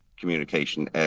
communication